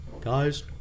guys